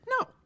no